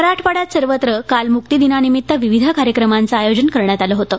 मराठवाङ्यात सर्वत्र काल मुक्तीदिनानिमित्त विविध कार्यक्रमांचं आयोजन करण्यात आलं होतं